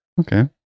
Okay